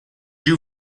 you